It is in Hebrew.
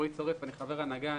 אני חבר הנהגה,